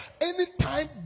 Anytime